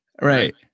Right